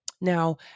Now